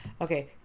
okay